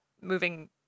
moving